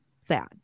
sad